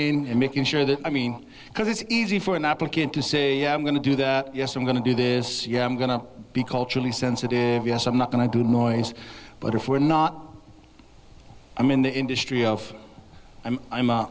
in and making sure that i mean because it's easy for an applicant to say i'm going to do that yes i'm going to do this yeah i'm going to be culturally sensitive yes i'm not going to do mornings but if we're not i'm in the industry of i'm i'm a